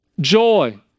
joy